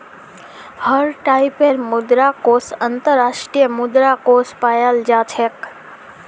हर टाइपेर मुद्रा कोष अन्तर्राष्ट्रीय मुद्रा कोष पायाल जा छेक